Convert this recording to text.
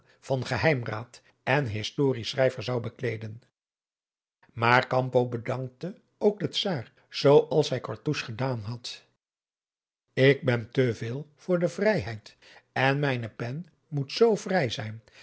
van geheimraad en historieschrijver zou bekleeden maar campo bedankte ook den czaar zoo als hij cartouche gedaan had ik ben te veel voor de vrijheid en mijne pen moet zoo vrij zijn